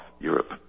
Europe